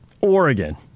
Oregon